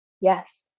yes